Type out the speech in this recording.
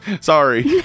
sorry